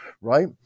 right